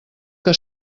que